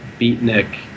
beatnik